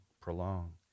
prolong